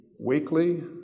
weekly